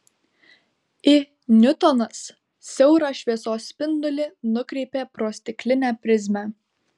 i niutonas siaurą šviesos spindulį nukreipė pro stiklinę prizmę